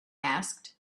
asked